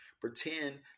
pretend